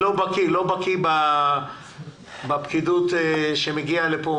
אני לא בקי בפקידות שמגיעה לכאן,